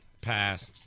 Pass